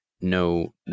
no